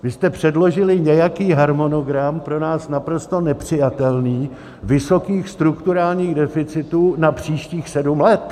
Vy jste předložili nějaký harmonogram, pro nás naprosto nepřijatelný, vysokých strukturálních deficitů na příštích sedm let.